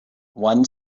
one